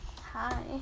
Hi